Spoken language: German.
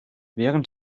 während